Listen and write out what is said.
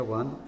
one